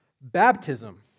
baptism